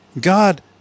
God